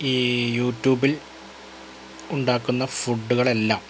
ഈ യു ട്യൂബില് ഉണ്ടാക്കുന്ന ഫുഡുകളെല്ലാം